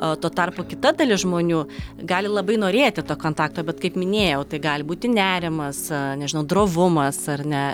o tuo tarpu kita dalis žmonių gali labai norėti to kontakto bet kaip minėjau tai gali būti nerimas nežinau drovumas ar ne